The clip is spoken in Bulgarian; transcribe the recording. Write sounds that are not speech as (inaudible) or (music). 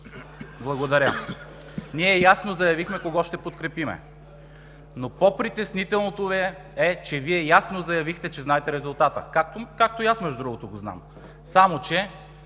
Благодаря. (noise) Ние ясно заявихме кого ще подкрепим. По-притеснителното е, че Вие ясно заявихте, че знаете резултата, както и аз, между другото, го знам. Само че